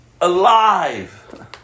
Alive